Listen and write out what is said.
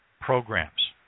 programs